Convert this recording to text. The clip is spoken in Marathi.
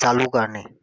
चालू करणे